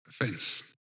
offense